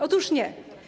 Otóż nie.